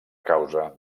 causa